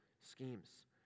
schemes